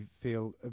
feel